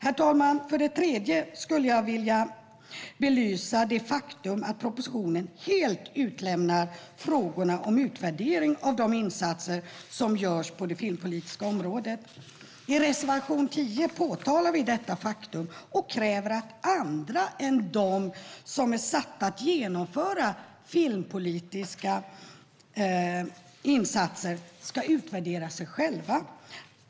Herr talman! Det tredje som jag vill belysa är det faktum att propositionen helt utelämnar frågorna om utvärdering av de insatser som görs på det filmpolitiska området. I reservation 10 påtalar vi detta faktum och kräver att andra än de som är satta att genomföra filmpolitiska insatser ska utvärdera sig själva.